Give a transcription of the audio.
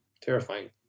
Terrifying